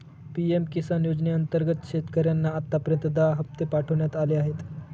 PM Kisan योजनेअंतर्गत शेतकऱ्यांना आतापर्यंत दहा हप्ते पाठवण्यात आले आहेत